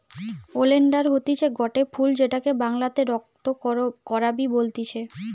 oleander হতিছে গটে ফুল যেটাকে বাংলাতে রক্ত করাবি বলতিছে